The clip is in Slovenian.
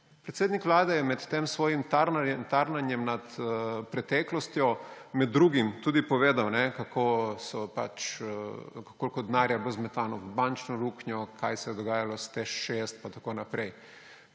Predsednik Vlade je med tem svojim tarnanjem nad preteklosti med drugim tudi povedal, koliko denarja je bilo zmetano v bančno luknjo, kaj se je dogajalo s Teš 6 in tako naprej.